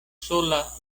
sola